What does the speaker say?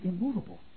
immovable